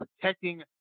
protecting